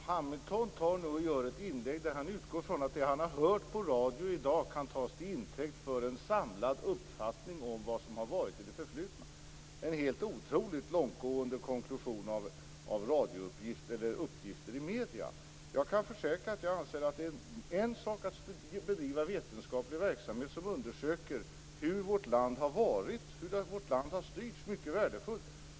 Fru talman! Hamilton gör ett inlägg där han utgår från att det han har hört på radio i dag kan tas till intäkt för en samlad uppfattning om vad som har skett i det förflutna. Det är en helt otroligt långtgående konklusion baserad på uppgifter i medier. Jag kan försäkra att jag anser att det är mycket värdefullt att bedriva vetenskaplig verksamhet som undersöker hur vårt land har styrts.